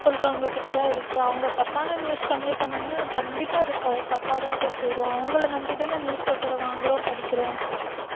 சொல்கிறவங்கக்கிட்ட தான் இருக்கு அவங்க தப்பான நியூஸ் கன்வே பண்ணாங்கன்னா கண்டிப்பாக அது க தப்பாக தான் போய் சேரும் அவங்களை நம்பி தானே நியூஸ் பேப்பரை வாங்கறோம் படிக்கிறோம்